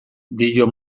dio